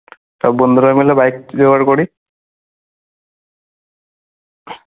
সব বন্ধুরা মিলে বাইক জোগাড় করি